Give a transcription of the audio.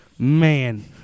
Man